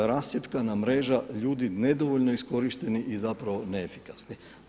Rascjepkana mreža ljudi nedovoljno iskorišteni i zapravo neefikasni.